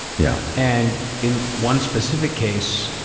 yeah and in one specific case,